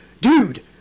dude